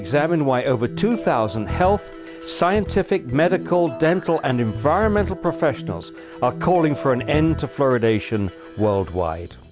examine why over two thousand health scientific medical dental and environmental professionals are calling for an end to fluoridation worldwide